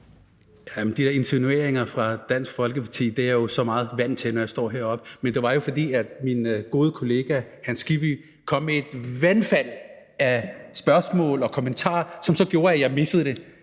De der insinueringer fra Dansk Folkeparti er jeg jo så vant til at høre, når jeg står heroppe. Men det var jo, fordi min gode kollega Hans Kristian Skibby kom med et vandfald af spørgsmål og kommentarer, som gjorde, at jeg missede det